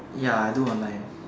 ya I do online